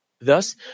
Thus